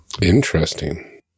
Interesting